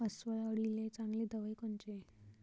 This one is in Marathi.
अस्वल अळीले चांगली दवाई कोनची?